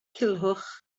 culhwch